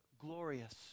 glorious